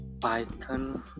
Python